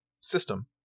system